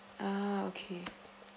ah okay